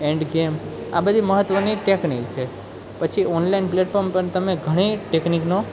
endgame આ બધી મહત્ત્વની ટેકનિક છે પછી ઓનલાઇન પ્લેટફોર્મ પણ તમે ઘણી ટેકનિકનો